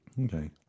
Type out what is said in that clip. Okay